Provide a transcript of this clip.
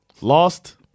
Lost